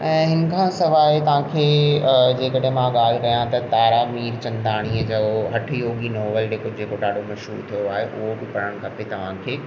ऐं हिन खां सवाइ तव्हांखे जे कॾहिं मां ॻाल्हि कयां त तारा मीरचंदाणीअ जो हठियोगी नॉवेल जेको जेको ॾाढो मशहूर थियो आहे उहो बि पढ़णु खपे तव्हांखे